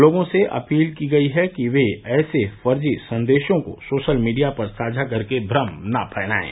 लोगों से अपील की गयी है कि वे ऐसे फर्जी संदेश को सोशल मीडिया पर साझा कर के भ्रम न फैलायें